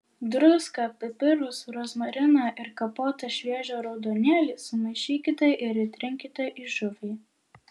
druską pipirus rozmariną ir kapotą šviežią raudonėlį sumaišykite ir įtrinkite į žuvį